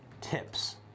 tips